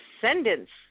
descendants